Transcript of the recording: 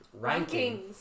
Rankings